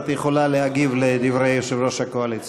את יכולה להגיב על דברי יושב-ראש הקואליציה.